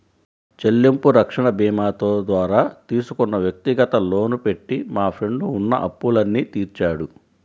చెల్లింపు రక్షణ భీమాతో ద్వారా తీసుకున్న వ్యక్తిగత లోను పెట్టి మా ఫ్రెండు ఉన్న అప్పులన్నీ తీర్చాడు